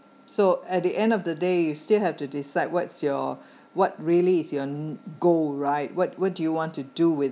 so at the end of the day you still have to decide what's your what really is your goal right what what do you want to do with